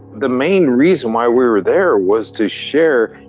the main reason why we were there was to share,